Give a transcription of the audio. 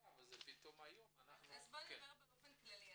ופתאום היום אנחנו --- אני אדבר באופן כללי,